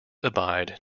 abide